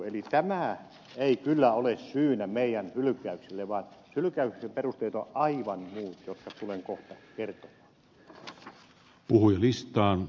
eli tämä ei kyllä ole syynä meidän hylkäykseemme vaan hylkäyksen perusteet ovat aivan muut ja ne tulen kohta kertomaan